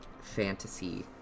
fantasy